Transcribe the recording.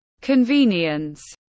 convenience